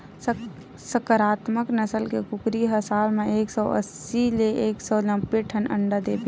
संकरामक नसल के कुकरी ह साल म एक सौ अस्सी ले एक सौ नब्बे ठन अंडा देबे करथे